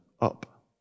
up